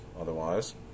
otherwise